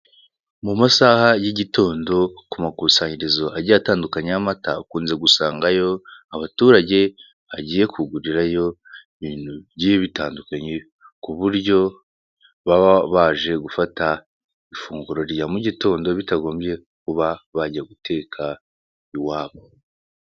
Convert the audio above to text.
Mu masaha y'igitondo, ku makusanyirizo agiye atandukanye y'amata, ukunze gusangayo abaturage bagiye kugurirayo ibintu bigiye bitandukanye, ku buryo baba baje gufata ifunguro rya mu gitondo, bitagombye kuba bajya guteka iwabo.